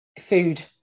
food